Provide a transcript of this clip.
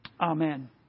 Amen